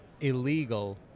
illegal